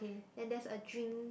and there's a drink